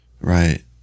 Right